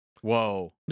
Whoa